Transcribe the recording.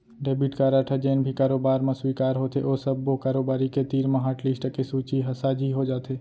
debit card ह जेन भी कारोबार म स्वीकार होथे ओ सब्बो कारोबारी के तीर म हाटलिस्ट के सूची ह साझी हो जाथे